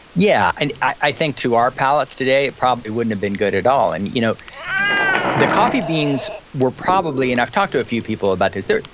yeah, and i think to our palates today it probably wouldn't have been good at all. and you know the coffee beans were probably, and i've talked to a few people about this, they're,